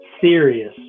serious